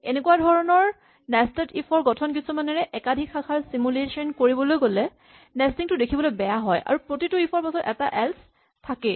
এনেকুৱা ধৰণৰ nested if ৰ গঠন কিছুমানেৰে একাধিক শাখাৰ চিমুলেচন কৰিবলৈ গ'লে নেস্টিং টো দেখিবলৈ বেয়া হয় আৰু প্ৰতিটো ইফ ৰ পাছত এটা এল্চ থাকেই